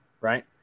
right